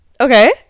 okay